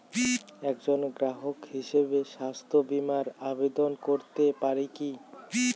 একজন গ্রাহক হিসাবে স্বাস্থ্য বিমার আবেদন করতে পারি কি?